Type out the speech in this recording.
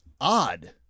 odd